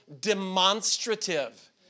demonstrative